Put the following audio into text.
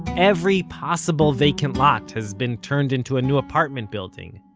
every possible vacant lot has been turned into a new apartment building,